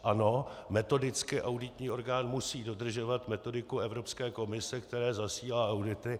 Ano, metodicky auditní orgán musí dodržovat metodiku Evropské komise, které zasílá audity.